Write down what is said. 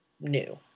new